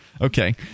Okay